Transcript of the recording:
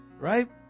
Right